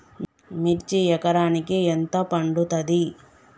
మిర్చి ఎకరానికి ఎంత పండుతది?